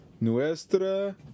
nuestra